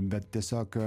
bet tiesiog